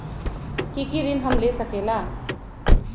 की की ऋण हम ले सकेला?